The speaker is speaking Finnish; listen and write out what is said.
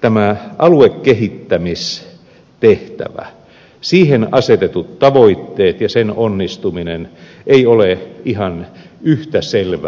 tämä aluekehittämistehtävä siihen asetetut tavoitteet ja sen onnistuminen ei ole ihan yhtä selvää ja selkeää